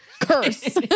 Curse